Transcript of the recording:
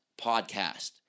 podcast